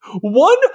one